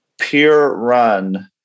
peer-run